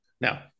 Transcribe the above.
Now